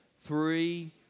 three